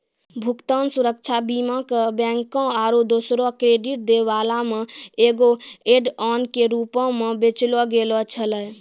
भुगतान सुरक्षा बीमा के बैंको आरु दोसरो क्रेडिट दै बाला मे एगो ऐड ऑन के रूपो मे बेचलो गैलो छलै